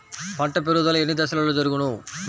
పంట పెరుగుదల ఎన్ని దశలలో జరుగును?